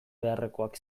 beharrekoak